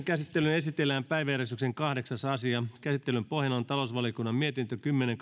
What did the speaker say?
käsittelyyn esitellään päiväjärjestyksen kahdeksas asia käsittelyn pohjana on talousvaliokunnan mietintö kymmenen